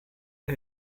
der